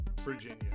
Virginia